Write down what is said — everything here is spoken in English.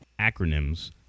acronyms